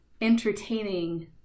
entertaining